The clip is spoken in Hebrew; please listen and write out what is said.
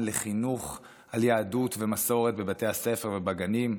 לחינוך על יהדות ומסורת בבתי הספר ובגנים.